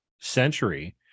century